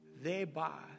Thereby